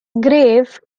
grave